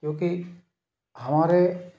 क्योंकि हमारे